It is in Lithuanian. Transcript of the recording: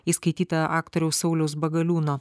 įskaityta aktoriaus sauliaus bagaliūno